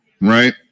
right